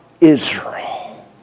Israel